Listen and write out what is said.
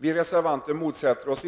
Vi reservanter motsätter oss